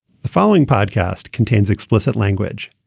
the following podcast contains explicit language.